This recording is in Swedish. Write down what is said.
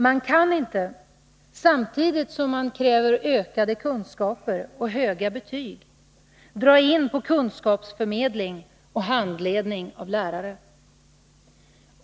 Man kan inte, samtidigt som man kräver ökade kunskaper och höga betyg, dra in på kunskapsförmedling och handledning av lärare.